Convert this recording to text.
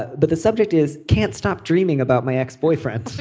but but the subject is can't stop dreaming about my ex-boyfriend.